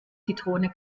zitrone